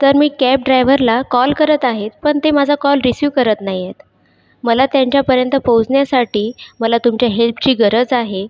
तर मी कॅब ड्रायव्हरला कॉल करत आहे पण ते माझा कॉल रिसिव करत नाही आहेत मला त्यांच्यापर्यंत पोहोचण्यासाठी मला तुमच्या हेल्पची गरज आहे